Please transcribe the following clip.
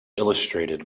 illustrated